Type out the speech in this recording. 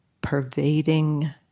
pervading